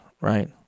right